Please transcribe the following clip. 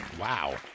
wow